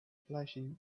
flashy